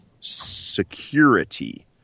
Security